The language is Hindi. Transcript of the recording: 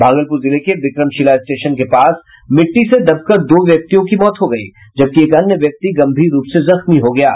भागलपुर जिले के विक्रमशिला स्टेशन के पास मिट्टी से दबकर दो व्यक्तियों की मौत हो गयी जबकि एक अन्य व्यक्ति गंभीर रूप से जख्मी हो गया है